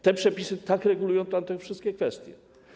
Te przepisy tak regulują tam te wszystkie kwestie.